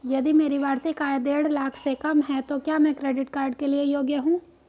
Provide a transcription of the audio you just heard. यदि मेरी वार्षिक आय देढ़ लाख से कम है तो क्या मैं क्रेडिट कार्ड के लिए योग्य हूँ?